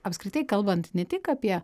apskritai kalbant ne tik apie